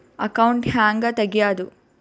Account ಹ್ಯಾಂಗ ತೆಗ್ಯಾದು?